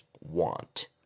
Want